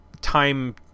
time